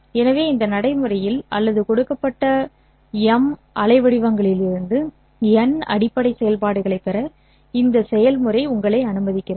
எனவே இந்த நடைமுறையில் அல்லது கொடுக்கப்பட்ட மீ அலைவடிவங்களிலிருந்து n அடிப்படை செயல்பாடுகளைப் பெற இந்த செயல்முறை உங்களை அனுமதிக்கிறது